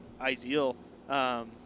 ideal